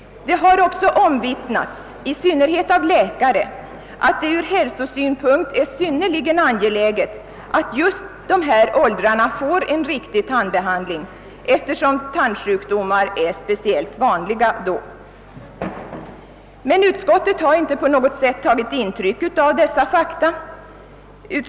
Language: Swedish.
Det har också omvittnats, i synnerhet av läkare, att det ur hälsosynpunkt är synnerligen angeläget att just dessa åldrar får en riktig tandbehandling, eftersom tandsjukdomar är speciellt vanliga för dessa grupper. Utskottsmajoriteten tar dock inte på något sätt intryck av dessa fakta.